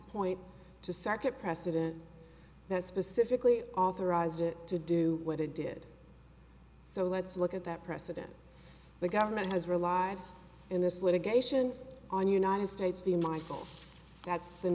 circuit precedent that specifically authorized it to do what it did so let's look at that precedent the government has relied in this litigation on united states v michel that's